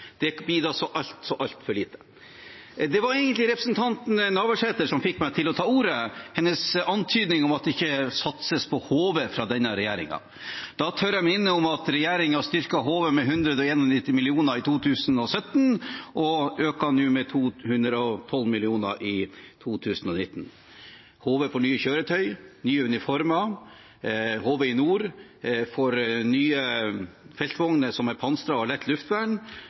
Det bidrar så altfor, altfor lite. Det var egentlig representanten Navarsete som fikk meg til å ta ordet – hennes antydning om at det ikke satses på HV av denne regjeringen. Da tør jeg minne om at regjeringen styrket HV med 191 mill. kr i 2017 og øker med 212 mill. kr i 2019. HV får nye kjøretøy og nye uniformer. HV i nord får nye feltvogner som er pansret, og lett luftvern.